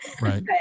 right